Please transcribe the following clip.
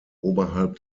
oberhalb